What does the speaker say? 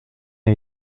n’a